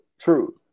true